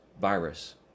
virus